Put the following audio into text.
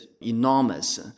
enormous